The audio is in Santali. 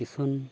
ᱠᱤᱥᱩᱱ